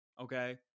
Okay